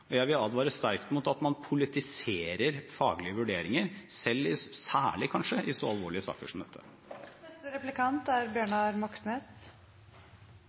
Og jeg vil advare sterkt mot at man politiserer faglige vurderinger, kanskje særlig i så alvorlige saker som dette. Grunnlaget for lønnsnemnda her i Oslo er